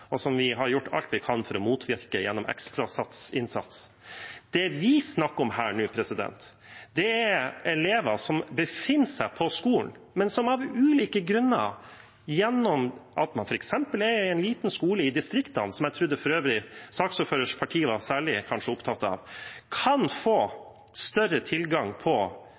og som vi har gjort alt vi kan for å motvirke gjennom ekstra innsats. Det vi snakker om her, er elever som befinner seg på skolen, men som av ulike grunner, f.eks. ved at man er i en liten skole i distriktene – som jeg for øvrig trodde saksordførerens parti var særlig opptatt av – kan få større tilgang